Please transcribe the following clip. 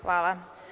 Hvala.